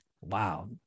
Wow